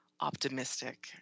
optimistic